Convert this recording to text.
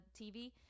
TV